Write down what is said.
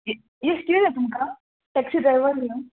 ये येस्टी येयल्या तुमकां टॅक्सी ड्रायवर म्हणून